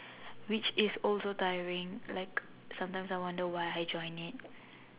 which is also tiring like sometimes I wonder why I join it